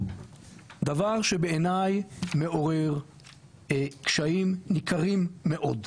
דבר שבעיניי מעורר קשיים ניכרים מאוד.